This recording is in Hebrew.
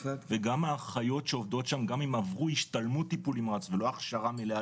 וגם האחיות שעובדות שם גם אם עברו השתלמות טיפול נמרץ ולא הכשרה מלאה